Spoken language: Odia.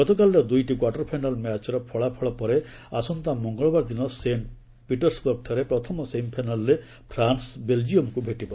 ଗତକାଲିର ଦୂଇଟି କ୍ୱାର୍ଟର ଫାଇନାଲ୍ ମ୍ୟାଚ୍ର ଫଳାଫଳ ପରେ ଆସନ୍ତା ମଙ୍ଗଳବାର ଦିନ ସେଣ୍ଟ୍ ପିଟର୍ସବର୍ଗଠାରେ ପ୍ରଥମ ସେମିଫାଇନାଲ୍ ରେ ପ୍ରାନ୍ସ ବେଲ୍କିୟମ୍କୁ ଭେଟିବ